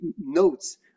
notes